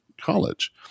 college